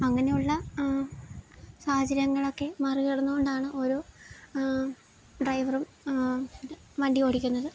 അങ്ങനെയുള്ള സാഹചര്യങ്ങളൊക്കെ മറികടന്നു കൊണ്ടാണ് ഓരോ ഡ്രൈവറും വണ്ടി ഓടിക്കുന്നത്